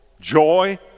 joy